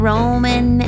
Roman